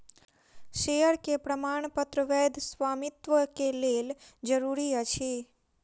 share के प्रमाणपत्र वैध स्वामित्व के लेल जरूरी अछि